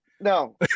No